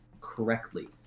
correctly